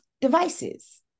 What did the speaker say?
devices